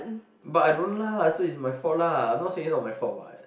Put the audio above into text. but I don't lah so it's my fault lah I'm not saying it's not my fault what